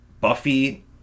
Buffy